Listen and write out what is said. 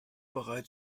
bereit